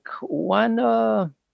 one